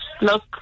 look